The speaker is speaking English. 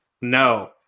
No